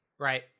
right